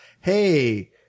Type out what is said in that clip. Hey